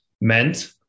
meant